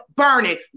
burning